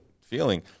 feeling